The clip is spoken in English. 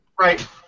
Right